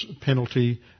penalty